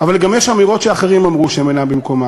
אבל גם יש אמירות שאחרים אמרו שהן אינן במקומן,